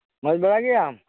ᱢᱚᱸᱡᱽ ᱵᱟᱲᱟ ᱜᱮᱭᱟᱢ